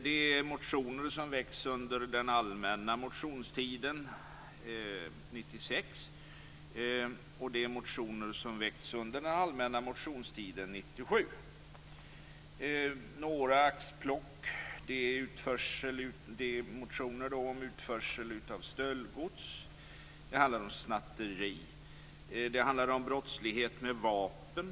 Det behandlar motioner som väckts under den allmänna motionstiden 1996. Det behandlar också motioner som väckts under den allmänna motionstiden 1997. Jag kan ge några axplock. Det är motioner om utförsel av stöldgods. Det handlar om snatteri. Det handlar om brottslighet med vapen.